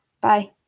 Bye